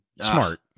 smart